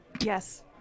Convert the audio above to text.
Yes